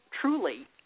truly